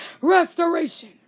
Restoration